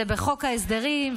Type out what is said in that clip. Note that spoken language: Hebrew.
זה בחוק ההסדרים,